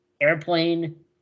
Airplane